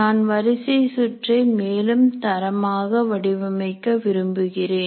நான் வரிசை சுற்றை மேலும் தரமாக வடிவமைக்க விரும்புகிறேன்